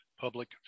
public